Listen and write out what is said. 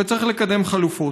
וצריך לקדם חלופות.